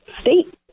state